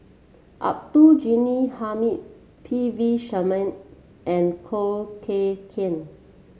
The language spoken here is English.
Abdul Ghani Hamid P V Sharma and Khoo Kay Hian